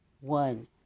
one